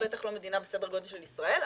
בטח לא מדינה בסדר גודל של ישראל,